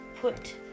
put